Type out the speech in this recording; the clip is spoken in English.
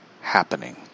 happening